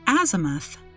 azimuth